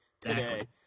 today